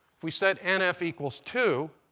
we said nf equals two.